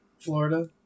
Florida